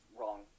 wrong